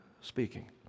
speaking